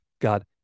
God